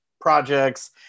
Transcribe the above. projects